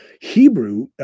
Hebrew